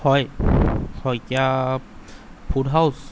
হয় Saikia food house